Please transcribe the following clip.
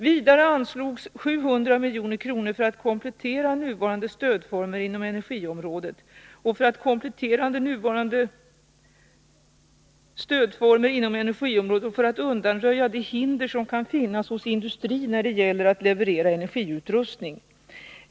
Vidare anslogs 700 milj.kr. för att komplettera nuvarande stödformer inom energiområdet och för att undanröja de hinder som kan finnas hos industrin när det gäller att leverera energiutrustning.